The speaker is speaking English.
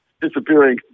Disappearing